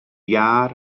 iâr